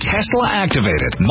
Tesla-activated